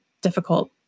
difficult